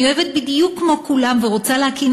אני אוהבת בדיוק כמו כולם ורוצה להקים